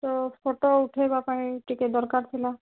ତ ଫୋଟୋ ଉଠେଇବାପାଇଁ ଟିକିଏ ଦରକାର ଥିଲା